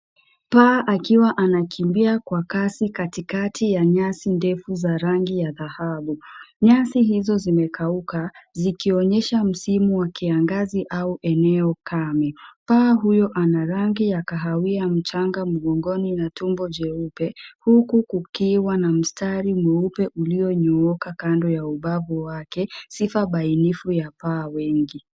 Paa akiwa anakimbia kwa kasi katikati ya nyansi ndefu za rangi ya dhahabu. Nyansi hizo zimekauka zikionyesha msimu wa kiangazi au eneo kame. Paa huyo ana rangi ya kahawia, mchanga mbongoni na tumbo jeupe. Huku kukiwa na mstari mwupe ulionyooka kando ya ubavu wake. Sifa bainifu ya paa wengi.